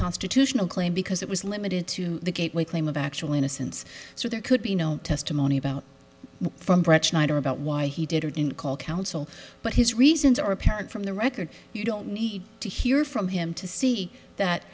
constitutional claim because it was limited to the gateway claim of actual innocence so there could be no testimony about from brettschneider about why he did it in call counsel but his reasons are apparent from the record you don't need to hear from him to see that